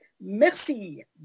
Merci